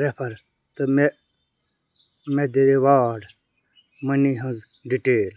refer تہٕ مےٚ مےٚ دِ ریواڈ منی ہٕنٛز ڈیٹیل